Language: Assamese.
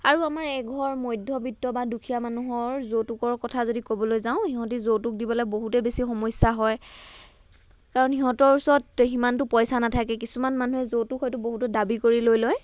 আৰু আমাৰ এঘৰ মধ্যবিত্ত বা দুখীয়া মানুহৰ যৌতুকৰ কথা যদি ক'বলৈ যাওঁ সিহঁতি যৌতুক দিবলৈ বহুতেই বেছি সমস্যা হয় কাৰণ সিহঁতৰ ওচৰত সিমানটো পইচা নাথাকে কিছুমান মানুহে যৌতুক হয়তো বহুতো দাবী কৰি লৈ লয়